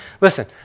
Listen